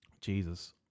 Jesus